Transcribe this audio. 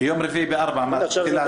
ביום רביעי ב-16:00 מתחילות